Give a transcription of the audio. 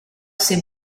c’est